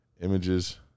Images